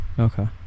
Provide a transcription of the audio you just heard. Okay